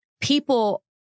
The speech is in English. people